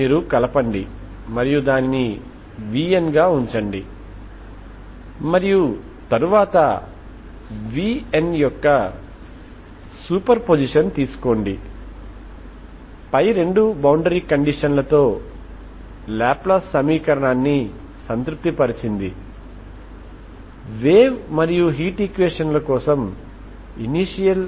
మీరు n0cos nπLx 1 ను ఉంచినప్పుడు సంబంధిత ఫంక్షన్ కాబట్టి అది ఐగెన్ ఫంక్షన్ అంటే కనుక ఇవి ఫైనల్ ఐగెన్ విలువలు మరియు ఐగెన్ ఫంక్షన్ లు